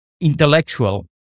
intellectual